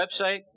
website